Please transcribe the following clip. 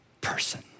person